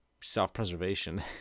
self-preservation